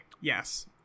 yes